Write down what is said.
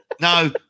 no